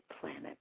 planet